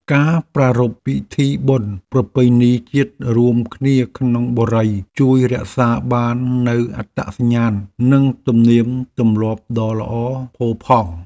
ការប្រារព្ធពិធីបុណ្យប្រពៃណីជាតិរួមគ្នាក្នុងបុរីជួយរក្សាបាននូវអត្តសញ្ញាណនិងទំនៀមទម្លាប់ដ៏ល្អផូរផង់។